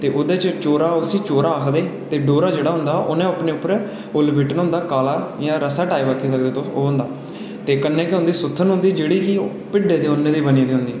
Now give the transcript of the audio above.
ते ओह्दे च चोरा उसी चोरा आखदे ते डोरा जेह्ड़ा होंदा उन्ने अपने उप्पर फुल्लबिटन होंदा काला इ'यां रस्सा टाईप आक्खी सकदे तुस ओह् होंदा ते कन्नै गै उं'दी सुत्थन होंदी जेह्ड़ी की भिड्डै दी उन्न दी बनी दी होंदी